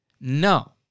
No